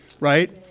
right